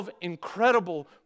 incredible